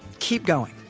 keep going,